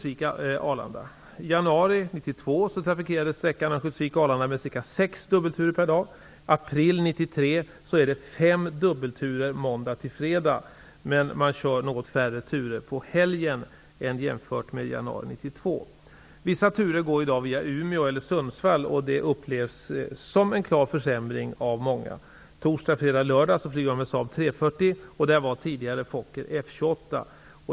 Vissa turer går i dag via Umeå eller Sundsvall, och det upplevs som en klar försämring av många. 340. Det var tidigare en Fokker F28.